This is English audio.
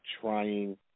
trying